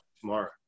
tomorrow